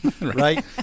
right